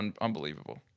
unbelievable